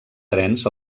trens